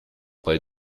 bei